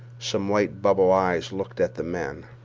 some white bubble eyes looked at the men.